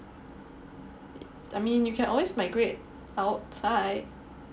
I mean you can always migrate outside